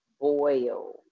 boil